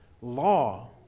Law